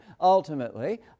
ultimately